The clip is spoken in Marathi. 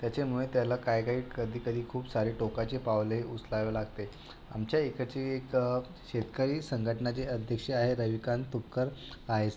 त्याच्यामुळे त्याला काही काही कधीतरी खूप सारे टोकाची पावले उचलावी लागते आमच्या इकडची तर शेतकरी संघटनाचे अध्यक्ष आहेत रविकांत तुपकर आहेस